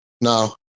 No